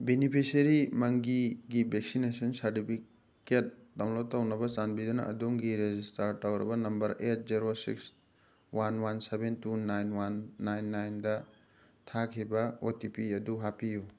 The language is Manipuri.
ꯕꯤꯅꯤꯐꯤꯁꯔꯤ ꯃꯪꯒꯤꯒꯤ ꯚꯦꯛꯁꯤꯅꯦꯁꯟ ꯁꯥꯔꯇꯤꯐꯤꯀꯦꯠ ꯗꯥꯎꯟꯂꯣꯠ ꯇꯧꯅꯕ ꯆꯥꯟꯕꯤꯗꯨꯅ ꯑꯗꯣꯝꯒꯤ ꯔꯦꯖꯤꯁꯇꯥꯔ ꯇꯧꯔꯕ number eight zero six one one seven two nine one nine ꯅꯥꯏꯟꯗ ꯊꯥꯈꯤꯕ ꯑꯣ ꯇꯤ ꯄꯤ ꯑꯗꯨ ꯍꯥꯞꯄꯤꯌꯨ